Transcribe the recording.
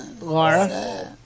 Laura